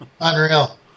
unreal